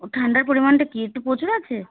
ও ঠান্ডার পরিমাণটা কী একটু প্রচুর আছে